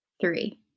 three